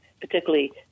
particularly